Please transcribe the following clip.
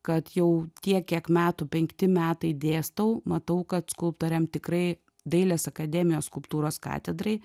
kad jau tiek kiek metų penkti metai dėstau matau kad skulptoriam tikrai dailės akademijos skulptūros katedrai